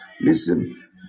Listen